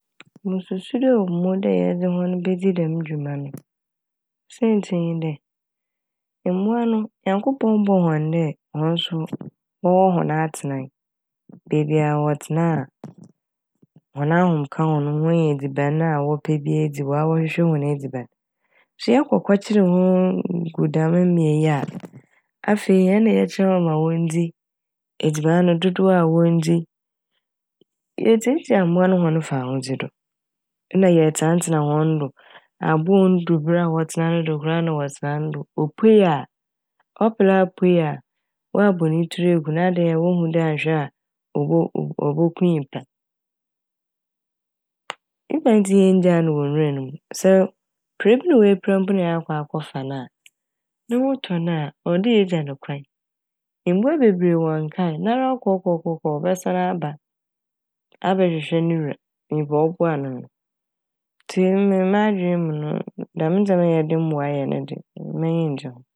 Mususu dɛ omuo dɛ yɛdze hɔn bedzi dɛm dwuma no saintsir nye dɛ mbowa no Nyankopɔn bɔɔ hɔn dɛ hɔn so wɔnwɔ hɔn atsenae beebi a wɔtsena a hɔn ahom ka hɔn ho wonya edziban a wɔpɛ bia dzi hɔn a wɔhwehwɛ hɔn edziban. So yɛkɔ kɔkyer hɔn- nn gu dɛm mbea yi a afei hɛn na yɛkyerɛ hɔn ma wondzi. Edziban no dodow a wondzi, yetsiatsia mbowa no hɔn fahodzi do. Nna yɛtsenatsena hɔn do abowa a onndu ber a wɔtsena no do koraa na wɔtsena no do. Opuei a ɔper a puei a wɔabɔ ne itur eku n' adɛn a wohu dɛ annhwɛ a obo - oboku nyimpa. Ebɛn ntsi na yenngyaa no wɔ nwura ne m' sɛ pira bi na oepira mpo na yɛakɔ akɔfa no a ne ho tɔ no a ɔwɔ dɛ egya ne kwan. Mbowa bebree wɔ nkae nara kɔkɔkɔkɔ a ɔbɛsan aba a abɛhwehwɛ ne wura, nyimpa a ɔboa no no ntsi emi m'adwen mu no dɛm ndzɛma yɛde mbowa yɛ ne de m'enyi nngye ho.